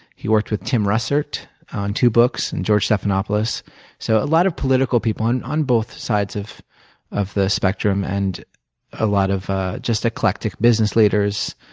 he worked with tim russert on two books and george stephanopoulos so a lot of political people on on both sides of of the spectrum and a lot of just eclectic business leaders.